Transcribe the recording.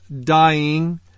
dying